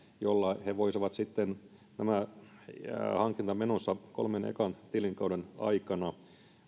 jolla he voisivat sitten nämä hankintamenonsa kolmen ekan tilikauden aikana